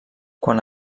quan